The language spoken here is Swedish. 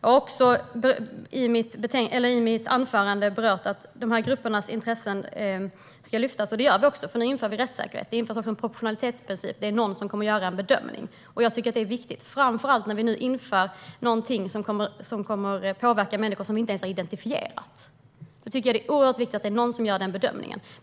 Jag har också i mitt anförande berört att de här gruppernas intressen ska lyftas fram. Det gör vi också, för nu inför vi rättssäkerhet. Vi inför också en proportionalitetsprincip - det är någon som kommer att göra en bedömning. Det tycker jag är viktigt, framför allt när vi nu inför någonting som kommer att påverka människor som vi inte ens har identifierat. Då tycker jag att det är oerhört viktigt att någon gör den bedömningen.